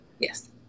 Yes